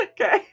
Okay